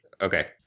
Okay